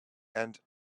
and